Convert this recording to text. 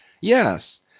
Yes